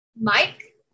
Mike